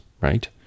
right